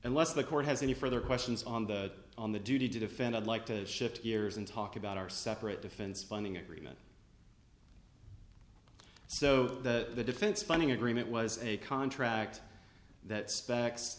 unless the court has any further questions on the on the duty to defend i'd like to shift gears and talk about our separate defense funding agreement so the defense funding agreement was a contract that